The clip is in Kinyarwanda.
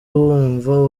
wumva